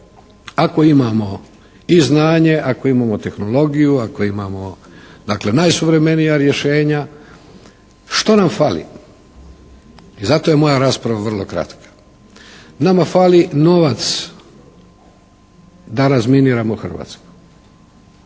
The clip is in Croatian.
ako imamo i znanje, ako imamo tehnologiju, ako imamo dakle najsuvremenija rješenja što nam fali? I zato je moja rasprava vrlo kratka. Nama fali novac da razminiramo Hrvatsku.